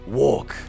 walk